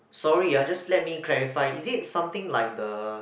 sorry ah just let me clarify is it something like the